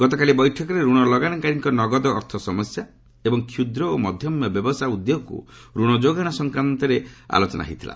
ଗତକାଲି ବୈଠକରେ ଋଣ ଲଗାଣକାରୀଙ୍କ ନଗଦ ଅର୍ଥ ସମସ୍ୟା ଏବଂ କ୍ଷୁଦ୍ର ଓ ମଧ୍ୟମ ବ୍ୟବସାୟ ଉଦ୍ୟୋଗକୁ ଋଣ ଯୋଗାଣ ସମ୍ପର୍କରେ ଆଲୋଚନା ହୋଇଥିଲା